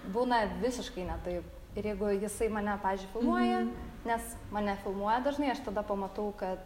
būna visiškai ne taip ir jeigu jisai mane pavyzdžiui filmuoja nes mane filmuoja dažnai aš tada pamatau kad